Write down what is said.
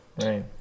right